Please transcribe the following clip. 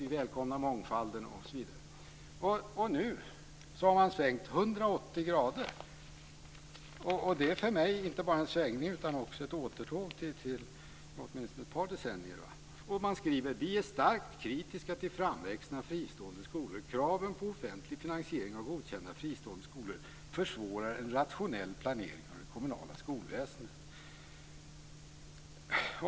Vi välkomnar mångfalden osv. Nu har man svängt 180 grader. För mig är det inte bara en svängning utan också ett återtåg åtminstone ett par decennier tillbaka. Man skriver: "Vi är starkt kritiska till framväxten av fristående skolor. Kraven på offentlig finansiering av godkända fristående skolor försvårar en rationell planering av det kommunala skolväsendet."